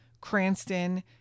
Cranston